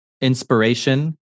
inspiration